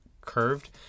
curved